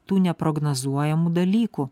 tų neprognozuojamų dalykų